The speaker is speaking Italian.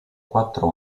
quattro